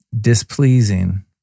displeasing